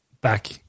back